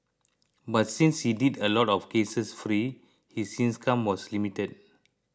but since he did a lot of cases free his income was limited